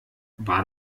war